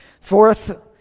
Fourth